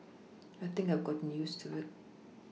I think I have gotten used to it